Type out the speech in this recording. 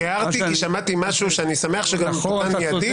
הערתי כי שמעתי משהו שאני שמח שגם תוקן מידית.